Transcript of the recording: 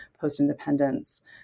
Post-Independence